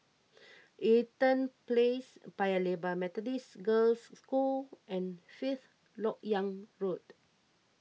Eaton Place Paya Lebar Methodist Girls' School and Fifth Lok Yang Road